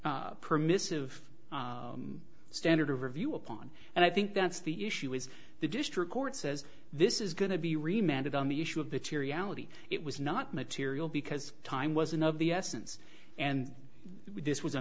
its permissive standard of review upon and i think that's the issue is the district court says this is going to be reminded on the issue of the to reality it was not material because time wasn't of the essence and this was a